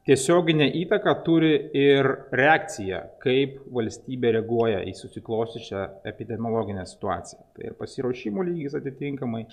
tiesioginę įtaką turi ir reakcija kaip valstybė reaguoja į susiklosčiusią epidemiologinę situaciją tai ir pasiruošimo lygis atitinkamai